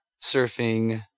surfing